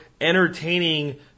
entertaining